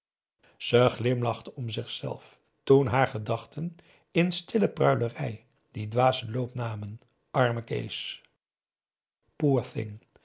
glimlachte om zichzelf toen haar gedachten in stille pruilerij dien dwazen loop namen arme kees